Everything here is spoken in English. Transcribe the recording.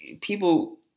people